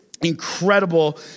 incredible